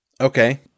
Okay